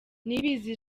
niyibizi